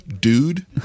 Dude